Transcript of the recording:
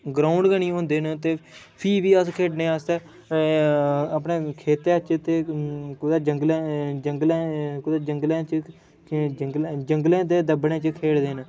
ground गै निं होंदे न ते फ्ही बी अस खेढ़ने आस्तै अपनै खेतरै च कुतै जंगलें जंगलें च कुतै जंगलें च ज जंगलें च दब्बड़े च खेढ़दे न